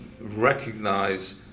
recognize